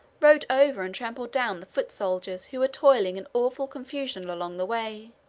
rode over and trampled down the foot soldiers who were toiling in awful confusion along the way,